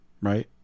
right